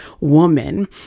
woman